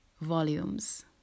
volumes